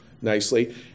nicely